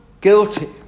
guilty